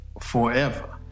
forever